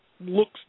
looks